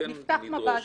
--- נפתח מב"ד.